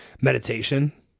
Meditation